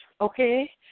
Okay